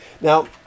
Now